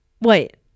Wait